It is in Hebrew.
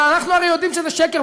אבל אנחנו הרי יודעים שזה שקר.